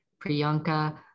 Priyanka